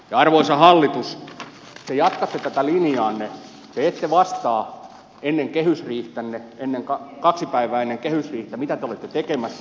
arvoisa hallitus te jatkatte tätä linjaanne te ette vastaa ennen kehysriihtänne kaksi päivää ennen kehysriihtä mitä te olette tekemässä